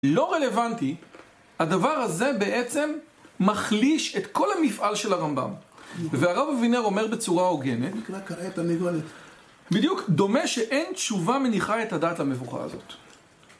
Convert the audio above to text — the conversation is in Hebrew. לא רלוונטי, הדבר הזה בעצם מחליש את כל המפעל של הרמב״ם. והרב אבינר אומר בצורה הוגנת,. על כרעי תרנגולת. בדיוק דומה שאין תשובה מניחה את הדת המבוכה הזאת.